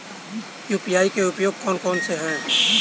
UPI के उपयोग कौन कौन से हैं?